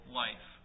life